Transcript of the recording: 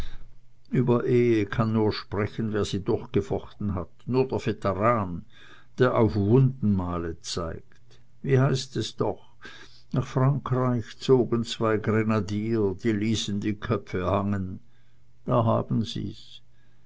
über ehe kann nur sprechen wer sie durchgefochten hat nur der veteran der auf wundenmale zeigt wie heißt es doch nach frankreich zogen zwei grenadier die ließen die köpfe hangen da haben sie's